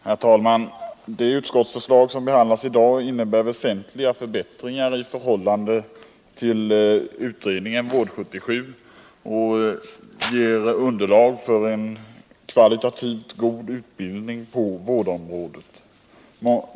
Herr talman! Det utskottsförslag som behandlas i dag innebär väsentliga förbättringar i förhållande till vad som föreslås i utredningen Vård 77, och de ger underlag för en kvalitativt god utbildning på vårdområdet.